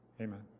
amen